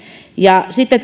ja sitten